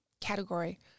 category